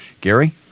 gary